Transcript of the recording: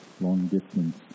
long-distance